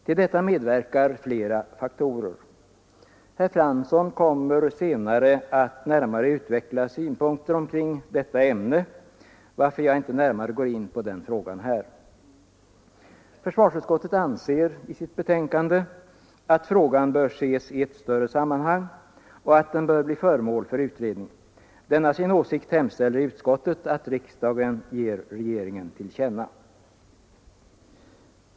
Till detta medverkar flera faktorer. Herr Fransson kommer senare att närmare utveckla synpunkter omkring detta ämne, varför jag inte närmare går in på den frågan här. Försvarsutskottet anser att frågan bör ses i ett större sammanhang och att den bör bli föremål för utredning. Denna åsikt hemställer utskottet att riksdagen ger regeringen till känna.